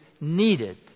needed